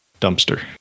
dumpster